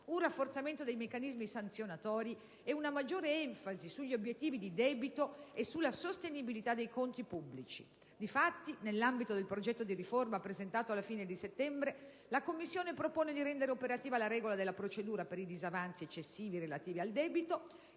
un rafforzamento dei meccanismi sanzionatori e una maggiore enfasi sugli obiettivi di debito e sulla sostenibilità dei conti pubblici. Difatti, nell'ambito del progetto di riforma presentato alla fine di settembre, la Commissione propone di rendere operativa la regola della procedura per i disavanzi eccessivi relativa al debito,